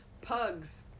pugs